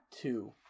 two